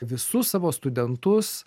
visus savo studentus